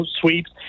sweeps